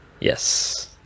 Yes